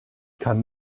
kann